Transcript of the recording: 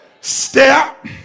step